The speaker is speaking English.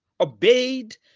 obeyed